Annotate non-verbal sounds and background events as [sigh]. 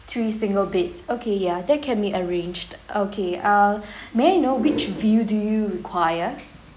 three single beds okay yeah that can be arranged okay uh [breath] may I know which view do you require